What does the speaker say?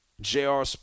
JR